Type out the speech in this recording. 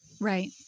Right